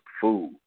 food